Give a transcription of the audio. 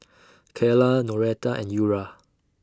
Kaela Noretta and Eura